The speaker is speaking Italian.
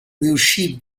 riuscì